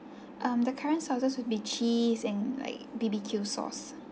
um the current sauces with be cheese and like bbq sauce